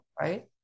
Right